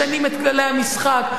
משנים את כללי המשחק,